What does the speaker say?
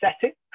setting